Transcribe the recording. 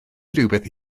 rywbeth